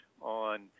on